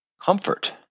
Comfort